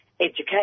education